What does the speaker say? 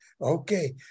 Okay